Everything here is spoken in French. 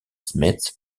smith